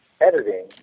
editing